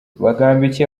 bagambiki